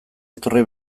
etorri